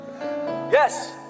Yes